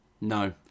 No